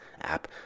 app